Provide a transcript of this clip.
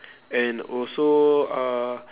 and also uh